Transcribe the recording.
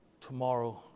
Tomorrow